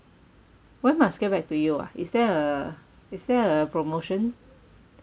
when must get back to you ah is there a is there a promotion